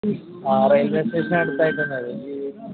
ആ railway station അടുത്തായിട്ട് തന്നെ